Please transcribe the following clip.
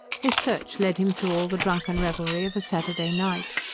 his search led him through all the drunken revelry of a saturday night.